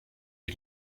die